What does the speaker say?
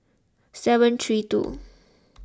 seven three two